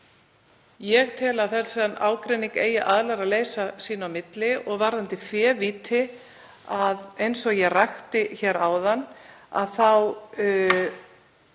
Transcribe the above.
Ég tel að slíkan ágreining eigi aðilar að leysa sín á milli. Varðandi févíti, eins og ég rakti hér áðan þá